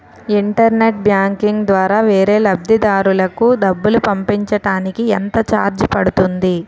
Internet banking ద్వారా వేరే లబ్ధిదారులకు డబ్బులు పంపించటానికి ఎంత ఛార్జ్ పడుతుంది?